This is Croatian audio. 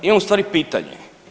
Imam ustvari pitanje.